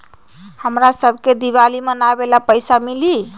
हमरा शव के दिवाली मनावेला पैसा मिली?